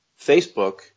Facebook